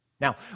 Now